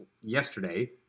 yesterday